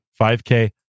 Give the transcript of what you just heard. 5K